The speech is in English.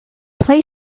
play